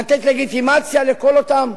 לתת לגיטימציה לכל אותם